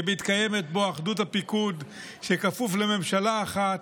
שמתקיימת בו אחדות הפיקוד, שכפוף לממשלה אחת,